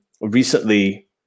Recently